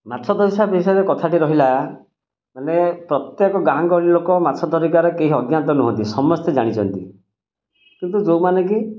ମାଛ ବିଷୟରେ କଥାଟି ରହିଲା ମାନେ ପ୍ରତ୍ୟେକ ଗାଁ ଗହଳି ଲୋକ ମାଛ ଧରିବାରେ କେହି ଅଜ୍ଞାତ ନୁହଁନ୍ତି ସମସ୍ତେ ଜାଣିଛନ୍ତି କିନ୍ତୁ ଯେଉଁମାନେ କି